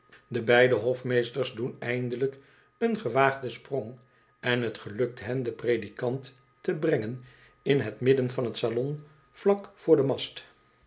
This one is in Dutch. de beide hofmeesters doen eindelijk een gewaagden sprong en het gelukt hen den predikant te brengen in het midden van het salon vlak voor den mast